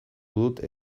dut